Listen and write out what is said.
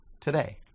today